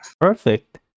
Perfect